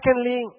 secondly